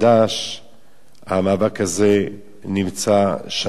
המאבק הזה נמצא שנים רבות, כפי שאמרתי.